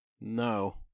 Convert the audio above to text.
No